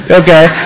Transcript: okay